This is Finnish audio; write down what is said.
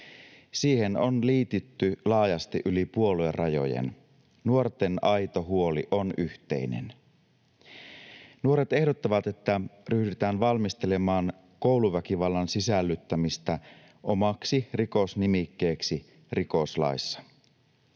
Siihen on liitytty laajasti yli puoluerajojen. Nuorten aito huoli on yhteinen. Nuoret ehdottavat, että ryhdytään valmistelemaan kouluväkivallan sisällyttämistä omaksi rikosnimikkeekseen rikoslaissa.